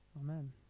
Amen